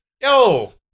Yo